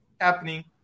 happening